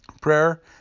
Prayer